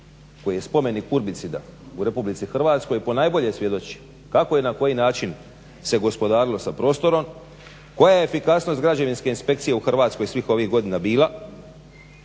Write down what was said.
se ne razumije./… u Republici Hrvatskoj ponajviše svjedoči kako i na koji način se gospodarilo sa prostorom, koja je efikasnost građevinske inspekcije u Hrvatskoj svih ovih godina bila,